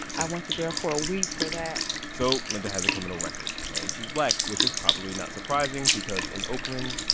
i went to jail for a week for that so linda has a criminal record. and she's black, which is probably not surprising because, in oakland,